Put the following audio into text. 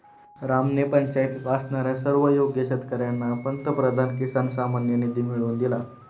रामने पंचायतीत असणाऱ्या सर्व योग्य शेतकर्यांना पंतप्रधान किसान सन्मान निधी मिळवून दिला